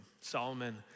Solomon